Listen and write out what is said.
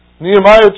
Nehemiah